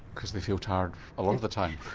because they feel tired a lot of the time.